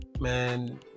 man